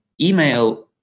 email